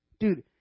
Dude